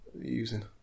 using